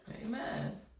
Amen